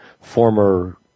former